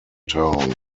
town